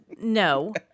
no